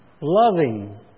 loving